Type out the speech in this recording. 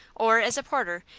or as porter,